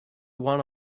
one